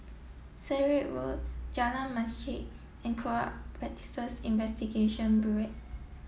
Sirat Road Jalan Masjid and Corrupt Practices Investigation Bureau